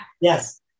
Yes